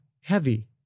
heavy